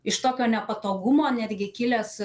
iš tokio nepatogumo netgi kilęs